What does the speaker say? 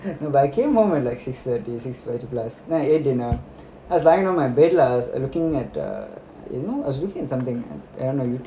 no but I came home at like six thirty six thirty plus then I ate dinner and I was lying on my bed lah I was like looking at the you know I was looking at something lah I don't know